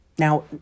Now